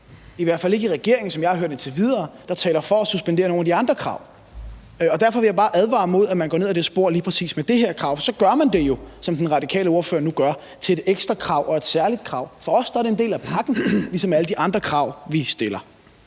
i hvert fald ikke i regeringen, som jeg har hørt det indtil videre – der taler for at suspendere nogle af de andre krav. Derfor vil jeg bare advare mod, at man går ned ad det spor lige præcis med det her krav, for så gør man det jo, som den radikale ordfører nu gør, til et ekstrakrav eller et særligt krav. For os er det en del af pakken ligesom alle de andre krav, vi stiller.